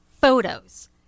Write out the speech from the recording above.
photos